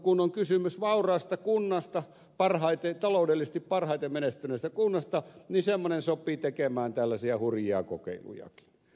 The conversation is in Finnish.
kun on kysymys vauraasta kunnasta taloudellisesti parhaiten menestyneestä kunnasta niin semmoinen sopii tekemään tällaisia hurjia kokeilujakin